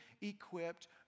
equipped